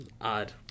odd